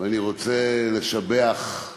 אני רוצה לשבח,